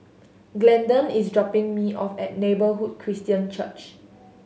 Glendon is dropping me off at Neighbourhood Christian Church